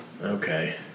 Okay